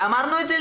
אמרנו את זה?